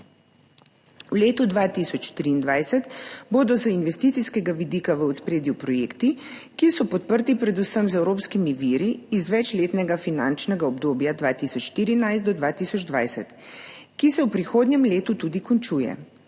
V letu 2023 bodo z investicijskega vidika v ospredju projekti, ki so podprti predvsem z evropskimi viri iz večletnega finančnega obdobja 2014 do 2020, ki se v prihodnjem letu tudi končuje.